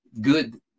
good